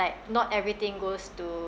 like not everything goes to